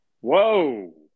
Whoa